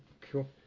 cool